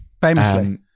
Famously